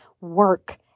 work